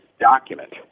document